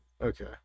Okay